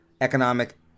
Economic